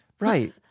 Right